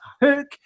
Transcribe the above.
hook